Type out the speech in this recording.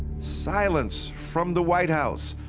silence from the white house.